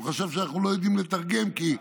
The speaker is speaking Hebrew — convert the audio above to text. הוא חשב שאנחנו לא יודעים לתרגם, כי,